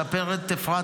מספרת אפרת,